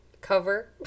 cover